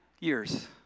Years